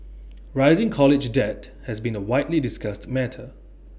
rising college debt has been A widely discussed matter